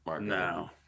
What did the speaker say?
No